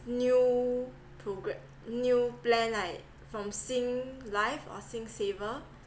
new program new plan like from sing life or sing saver